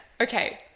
Okay